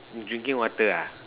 drinking water ah